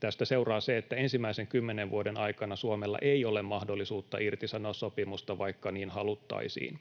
Tästä seuraa se, että ensimmäisen kymmenen vuoden aikana Suomella ei ole mahdollisuutta irtisanoa sopimusta, vaikka niin haluttaisiin.